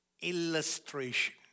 Illustration